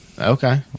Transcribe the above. Okay